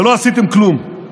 ולא עשיתם כלום.